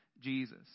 Jesus